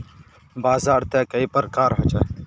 बाजार त कई प्रकार होचे?